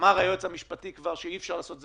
כבר אמר היועץ המשפטי שאי אפשר לעשות את